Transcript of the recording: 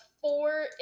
Four